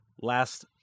Last